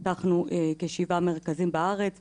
פתחנו כשבעה מרכזים בארץ,